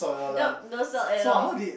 nope no salt at all